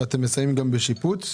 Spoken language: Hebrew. --- ואתם מסייעים גם בשיפוץ?